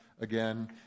again